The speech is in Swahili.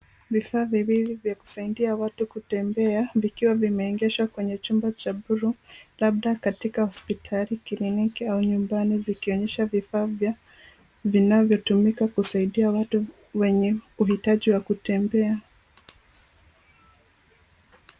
Vifaa viwili vya kusaidia watu kutembea vikiwa vimeegeshwa kwenye chumba cha buluu, labda katika hospitali, kliniki au nyumbani zikionyesha vifaa vya vinavyotumika kusaidia watu wenye uhitaji wa kutembea.